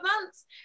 months